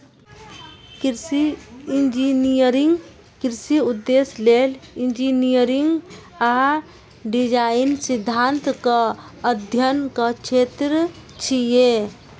कृषि इंजीनियरिंग कृषि उद्देश्य लेल इंजीनियरिंग आ डिजाइन सिद्धांतक अध्ययनक क्षेत्र छियै